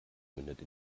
mündet